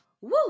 Woo